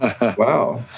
wow